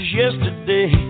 yesterday